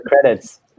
credits